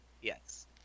Yes